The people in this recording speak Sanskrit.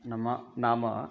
नाम नाम